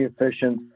efficient